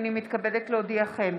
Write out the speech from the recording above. הינני מתכבדת להודיעכם,